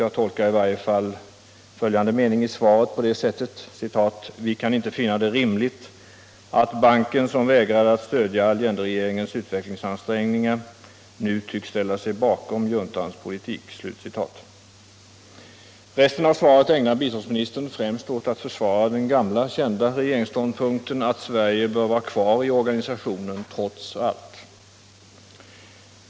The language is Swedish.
Jag tolkar i varje fall följande mening i svaret på det sättet: ”Vi kan inte finna det rimligt att banken, som vägrade att stödja Allenderegeringens utvecklingsansträngningar, nu tycks ställa sig bakom juntans politik.” Resten av svaret ägnar biståndsministern främst åt att försvara den gamla kända regeringsståndpunkten att Sverige bör vara kvar i Världsbanken -— trots allt.